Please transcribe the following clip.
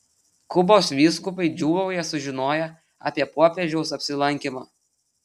kubos vyskupai džiūgauja sužinoję apie popiežiaus apsilankymą